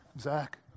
Zach